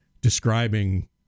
describing